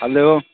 hello